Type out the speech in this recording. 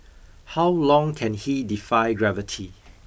how long can he defy gravity